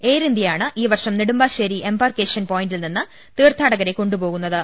air ഇന്ത്യയാണ് ഈ വർഷം നെടുമ്പാശേരി എംബാർക്കേഷൻ പോയിന്റിൽ നിന്ന് തീർത്ഥാടകരെ കൊണ്ടു പോകുന്ന ത്